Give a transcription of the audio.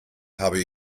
habe